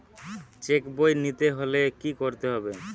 Check বই নিতে হলে কি করতে হবে?